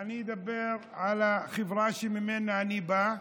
אני אדבר על החברה שממנה אני בא,